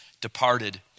departed